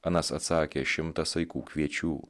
anas atsakė šimtą saikų kviečių